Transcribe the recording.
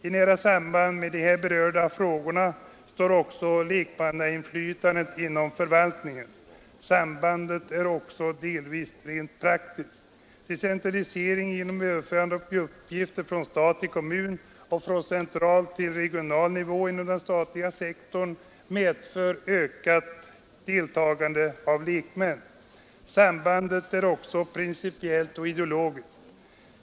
I nära samband med de här berörda frågorna står också lekmannainflytandet inom förvaltningen. Sambandet är delvis rent praktiskt. Decentralisering genom överförande av uppgifter från stat till kommun och från central till regional nivå inom den statliga sektorn medför ökat deltagande av lekmän. Sambandet är också principiellt och ideologiskt.